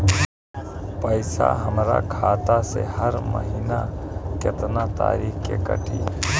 पैसा हमरा खाता से हर महीना केतना तारीक के कटी?